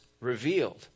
revealed